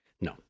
No